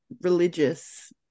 religious